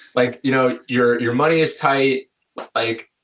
like you know your your money is tight like,